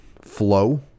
flow